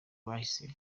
bahise